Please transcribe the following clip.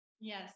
Yes